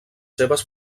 seves